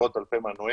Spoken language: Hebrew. עשרות אלפי מנויים,